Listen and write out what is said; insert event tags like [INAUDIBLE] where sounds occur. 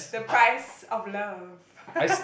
the price of love [LAUGHS]